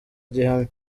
gihamye